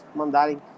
mandarem